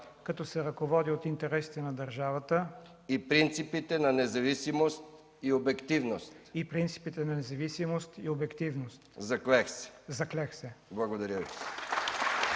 като се ръководя от интересите на държавата и принципите на независимост и обективност. Заклех се!” (Ръкопляскания.) ПРЕДСЕДАТЕЛ